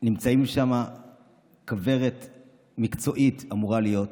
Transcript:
נמצאת שם כוורת מקצועית, שאמורה להיות,